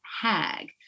HAG